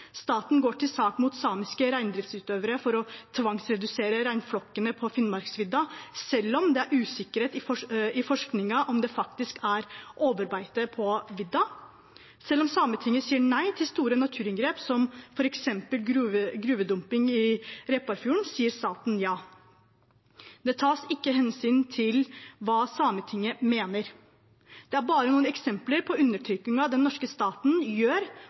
Staten går til sak mot samiske reindriftsutøvere for å tvangsredusere reinflokkene på Finnmarksvidda selv om det er usikkerhet i forskningen om det faktisk er overbeite på vidda. Selv om Sametinget sier nei til store naturinngrep som f.eks. gruvedumping i Repparfjorden, sier staten ja. Det tas ikke hensyn til hva Sametinget mener. Det er bare noen eksempler på undertrykkingen den norske staten